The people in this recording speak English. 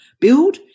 build